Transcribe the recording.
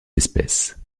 espèces